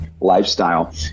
lifestyle